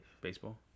Baseball